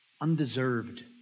Undeserved